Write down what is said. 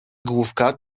główka